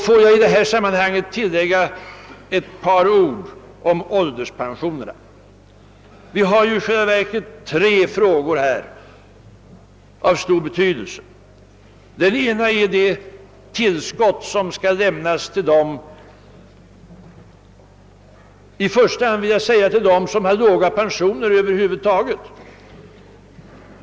Får jag i detta sammanhang tillägga ett par ord om ålderspensionerna. Vi har här i själva verket tre frågor av stor betydelse. Den första gäller det tillskott som skall lämnas i första hand till dem som har låga pensioner över huvud taget.